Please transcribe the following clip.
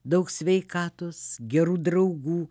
daug sveikatos gerų draugų